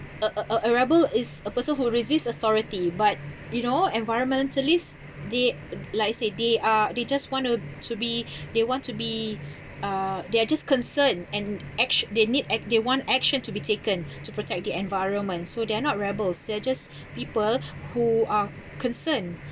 a a a a rebel is a person who resists authority but you know environmentalists they like I say they are they just want to to be they want to be uh they're just concern and actio~ they need act they want action to be taken to protect the environment so they are not rebels they are just people who are concern